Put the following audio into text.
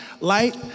light